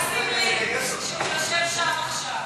רק סמלי שהוא יושב שם עכשיו,